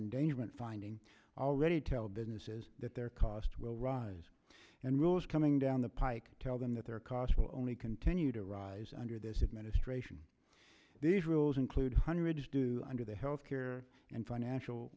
endangered meant finding already tell businesses that their cost will rise and rules coming down the pike tell them that their costs will only continue to rise under this administration these rules include hundreds do under the health care and financial